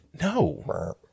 No